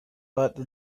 but